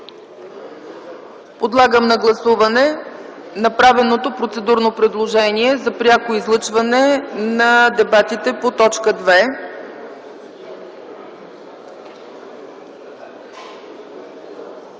Подлагам на гласуване направеното процедурно предложение за пряко излъчване на дебатите по точка 2.